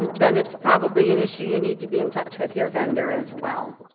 then it's probably an issue you need to be in touch with your vendor as well.